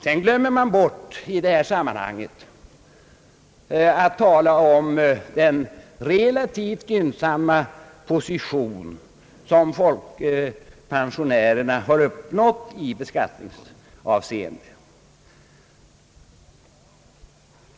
Man glömmer också i detta sammanhang att nämna den relativt gynnsamma position som folkpensionärerna uppnått i beskattningsavseende.